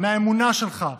באמונה שלך,